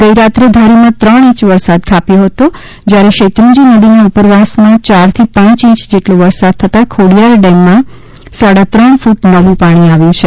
ગઇરાત્રે ધારીમાં ત્રણ ઇંચ વરસાદ ખાબક્યો હતો જ્યારે શેત્રુંજી નદીના ઉપરવાસમાં ચારથી પાંચ ઇંચ જેટલો વરસાદ થતાં ખોડિયાર ડેમમાં સાડા ત્રણ ફૂટ નવું પાણી આવ્યું છે